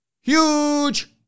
huge